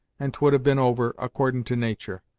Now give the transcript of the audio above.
and twould have been over, accordin' to natur'.